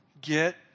get